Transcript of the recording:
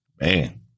Man